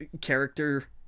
character